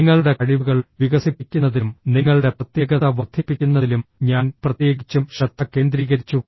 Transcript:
നിങ്ങളുടെ കഴിവുകൾ വികസിപ്പിക്കുന്നതിലും നിങ്ങളുടെ പ്രത്യേകത വർദ്ധിപ്പിക്കുന്നതിലും ഞാൻ പ്രത്യേകിച്ചും ശ്രദ്ധ കേന്ദ്രീകരിച്ചു